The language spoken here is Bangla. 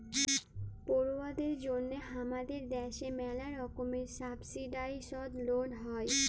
পড়ুয়াদের জন্যহে হামাদের দ্যাশে ম্যালা রকমের সাবসিডাইসদ লন হ্যয়